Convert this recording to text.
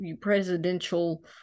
presidential